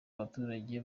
abaturage